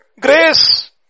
Grace